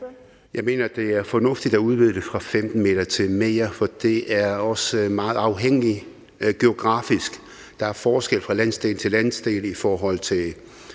Jeg mener, det er fornuftigt at udvide det fra 15 m til mere, for det er også meget afhængigt af, hvor det er geografisk. Der er forskel fra landsdel til landsdel i forhold til